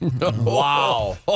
Wow